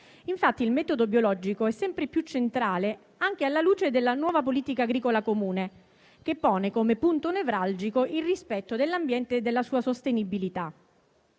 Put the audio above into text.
salute. Il metodo biologico, infatti, è sempre più centrale anche alla luce della nuova politica agricola comune, che pone come punto nevralgico il rispetto dell'ambiente e della sua sostenibilità.